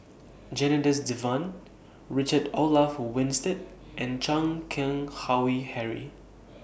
Janadas Devan Richard Olaf Winstedt and Chan Keng Howe Harry